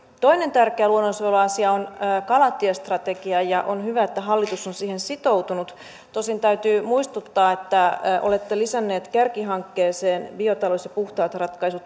toinen tärkeä luonnonsuojeluasia on kalatiestrategia ja on hyvä että hallitus on siihen sitoutunut tosin täytyy muistuttaa että olette lisänneet kärkihankkeeseen biotalous ja puhtaat ratkaisut